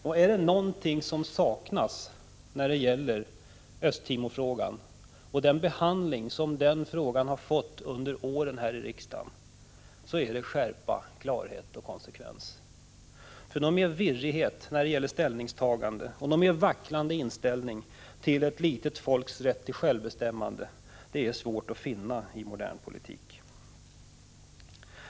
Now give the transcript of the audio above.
Och är det någonting som saknats när det gäller behandlingen av frågan om Östra Timor i riksdagen under årens lopp så är det skärpa, klarhet och konsekvens. Större virrighet när det gäller ställningstaganden och mer vacklande inställning till ett litet folks rätt till självbestämmande är svårt att finna i modern politik.